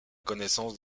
connaissance